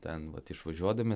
ten vat išvažiuodami